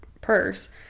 purse